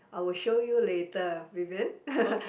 I will show you later Vivian